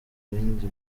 bindi